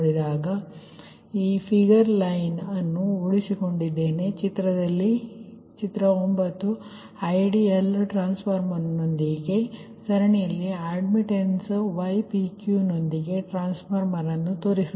ಆದ್ದರಿಂದ ನಾನು ಆ ಫಿಗರ್ ಲೈನ್ ಅನ್ನು ಉಳಿಸಿಕೊಂಡಿದ್ದೇನೆ ಈ ಚಿತ್ರ 9 ಐಡಿಯಲ್ ಟ್ರಾನ್ಸ್ಫಾರ್ಮರ್ನೊಂದಿಗೆ ಸರಣಿಯಲ್ಲಿ ಅಡ್ಮಿಟ್ಟನ್ಸ್ ypq ನೊಂದಿಗೆ ಟ್ರಾನ್ಸ್ಫಾರ್ಮರ್ ಅನ್ನು ತೋರಿಸುತ್ತದೆ